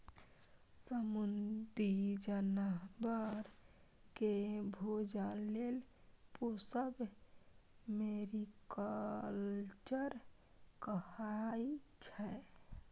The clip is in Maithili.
समुद्री जानबर केँ भोजन लेल पोसब मेरीकल्चर कहाइ छै